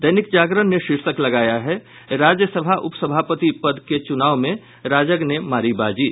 दैनिक जागरण ने शीर्षक लगाया है राज्यसभा उपसभापति पद के चुनाव में राजग ने मारी बाजी